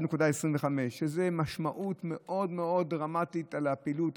ויש לזה משמעות מאוד מאוד דרמטית על הפעילות,